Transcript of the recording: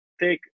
take